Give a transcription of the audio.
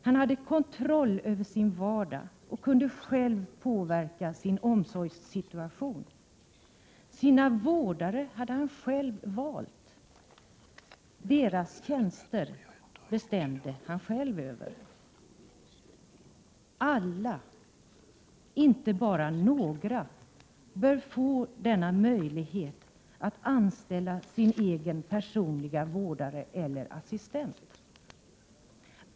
Han hade kontroll över sin vardag och kunde själv påverka sin omsorgssituation. Sina vårdare hade han själv valt. Deras tjänster bestämde han själv över. Alla, inte bara några, bör få denna möjlighet att anställa sin egen personliga vårdare eller assistent.